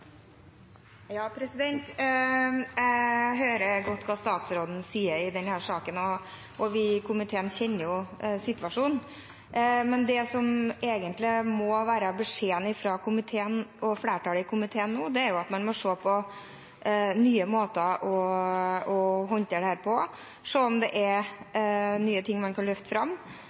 vi i komiteen kjenner situasjonen. Men det som egentlig er beskjeden fra flertallet i komiteen nå, er at man må se på nye måter å håndtere dette på, se om det er nye ting man kan løfte fram,